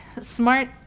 smart